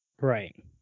right